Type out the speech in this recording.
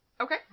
Okay